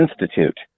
Institute